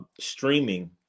streaming